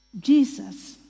Jesus